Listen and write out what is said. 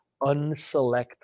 unselect